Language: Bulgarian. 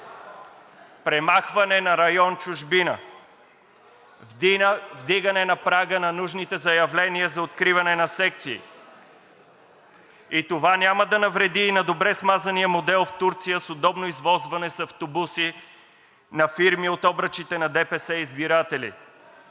премахване на район „Чужбина“, вдигане прага на нужните заявления за откриване на секции. Това няма да навреди на добре смазания модел в Турция с удобно извозване на избиратели с автобуси на фирми от обръчите на ДПС.